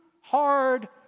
hard